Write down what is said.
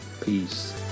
Peace